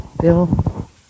Bill